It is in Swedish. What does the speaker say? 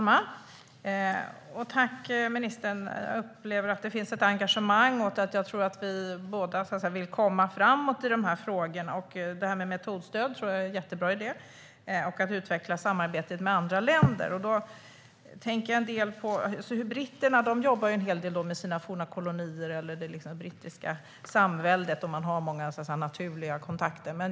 Herr talman! Tack, ministern, för svaret! Jag upplever att det finns ett engagemang. Jag tror att vi båda vill komma fram i de här frågorna. Detta med metodstöd och att utveckla samarbetet med andra länder tror jag är en jättebra idé. Britterna jobbar en del med sina forna kolonier och det brittiska samväldet, där man har många naturliga kontakter.